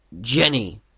Jenny